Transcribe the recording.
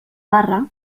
barra